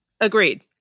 Agreed